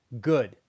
good